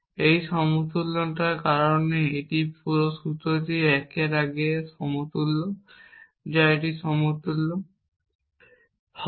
এই সমতুল্যতার কারণে এই পুরো সূত্রটি 1 এর আগে এর সমতুল্য যা এটির সমতুল্য হবে